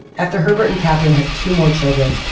after herbert and katherine had two more children,